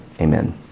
Amen